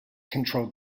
controlled